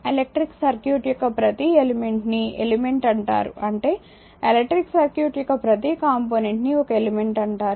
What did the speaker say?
electric circuit యొక్క ప్రతి element ని ఎలిమెంట్ అంటారు అంటే ఎలక్ట్రిక్ సర్క్యూట్ యొక్క ప్రతి కంపోనెంట్ ని ఒక ఎలిమెంట్ అంటారు